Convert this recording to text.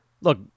look